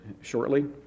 shortly